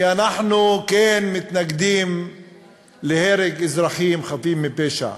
כי אנחנו כן מתנגדים להרג אזרחים חפים מפשע,